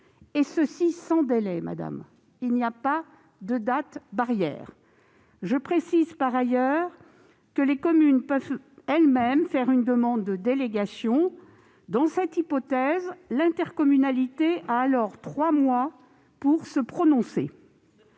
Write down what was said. et cela sans délai : il n'y a pas de date barrière. Je précise, par ailleurs, que les communes peuvent elles-mêmes faire une demande de délégation. Dans cette hypothèse, l'intercommunalité a trois mois pour se prononcer.